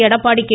Edappadi K